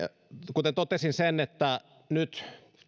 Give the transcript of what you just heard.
kuten totesin nyt